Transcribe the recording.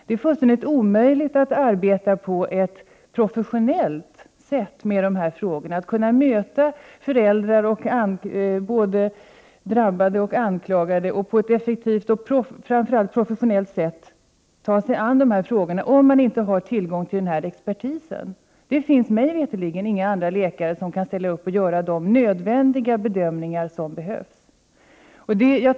Det är helt omöjligt att på ett effektivt och professionellt sätt ta sig an de här frågorna — att kunna möta föräldrar, drabbade och anklagade - om man inte har tillgång till expertis. Mig veterligt finns det inte några andra läkare som kan göra de nödvändiga bedömningarna.